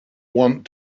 want